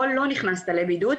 או לא נכנסת לבידוד,